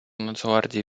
нацгвардії